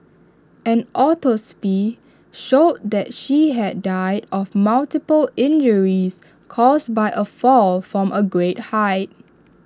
an autopsy showed that she had died of multiple injuries caused by A fall from A great height